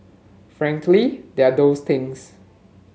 frankly they are those things